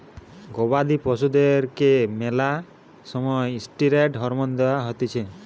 গবাদি পশুদেরকে ম্যালা সময় ষ্টিরৈড হরমোন লওয়া হতিছে